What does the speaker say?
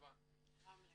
הבנתי.